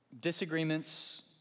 disagreements